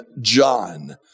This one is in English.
John